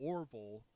Orville